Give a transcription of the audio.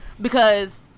because-